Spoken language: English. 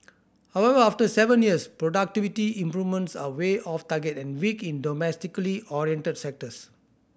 however after seven years productivity improvements are way off target and weak in domestically oriented sectors